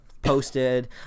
posted